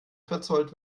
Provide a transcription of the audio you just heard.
verzollt